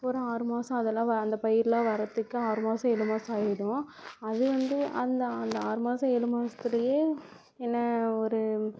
ஒரு ஆறு மாதம் அதெல்லாம் வ அந்த பயிர்லாம் வரத்துக்கு ஆறு மாதம் ஏழு மாதம் ஆகிடும் அது வந்து அந்த அந்த ஆறு மாதம் ஏழு மாதத்துலயே என்ன ஒரு